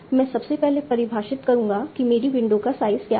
मैं सबसे पहले परिभाषित करूंगा कि मेरी विंडो का साइज़ क्या है